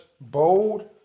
bold